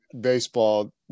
baseball